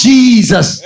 Jesus